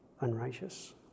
unrighteous